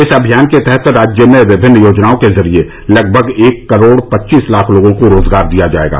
इस अमियान के तहत राज्य में विभिन्न योजनाओं के जरिए लगभग एक करोड़ पच्चीस लाख लोगों को रोजगार दिया जाएगा